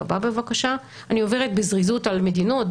אני עוברת בזריזות על המדינות.